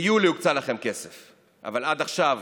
ביולי הוקצה לכם כסף, אבל עד עכשיו